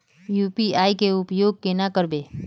UPI के उपयोग केना करबे?